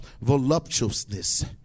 voluptuousness